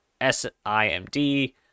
SIMD